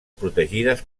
protegides